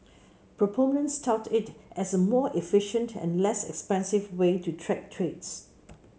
proponents tout it as a more efficient and less expensive way to track trades